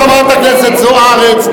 חברת הכנסת זוארץ,